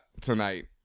tonight